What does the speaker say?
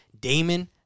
Damon